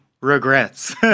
regrets